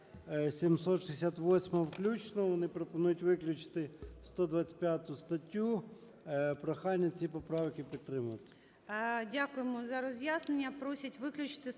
Дякую за роз'яснення.